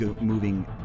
moving